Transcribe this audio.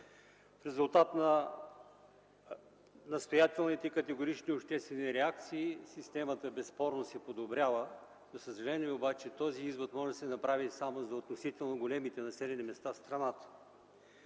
В резултат на настоятелните и категорични обществени реакции системата безспорно се подобрява. За съжаление обаче, този извод може да се направи само за относително големите населени места в страната.